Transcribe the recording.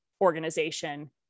organization